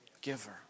giver